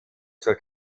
zur